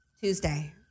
Tuesday